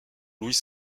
louis